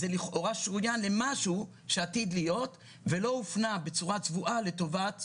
זה לכאורה שוריין למשהו שעתיד להיות ולא הופנה בצרה צבועה לטובת זכויות.